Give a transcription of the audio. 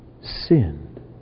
sinned